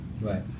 Right